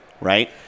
Right